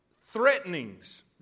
Threatenings